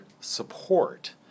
support